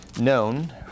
known